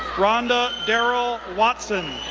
rhonda darrell watson,